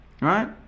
right